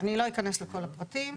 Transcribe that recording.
לא אכנס לכל הפרטים.